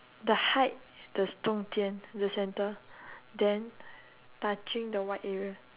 the height the student the center then touching the white area